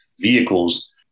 vehicles